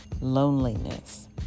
loneliness